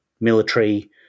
military